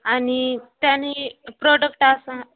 आणि त्यानी प्रॉडक्ट असं